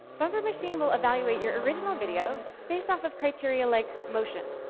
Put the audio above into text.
bumper machine will evaluate your original video based off of criteria like motion,